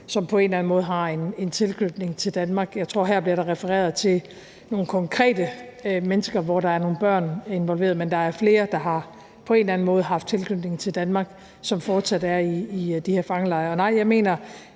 som på en eller anden måde har en tilknytning til Danmark, og jeg tror, at der her bliver refereret til nogle konkrete mennesker, hvor der er nogle børn involveret. Men der er flere, der på en eller anden måde har haft en tilknytning til Danmark, og som fortsat er i de her fangelejre. Jeg mener